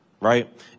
right